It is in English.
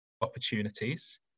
opportunities